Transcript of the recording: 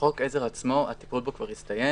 חוק העזר עצמו, הטיפול בו כבר הסתיים,